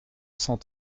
cent